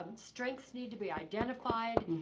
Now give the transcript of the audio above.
um strengths need to be identified.